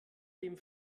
dem